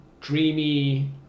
dreamy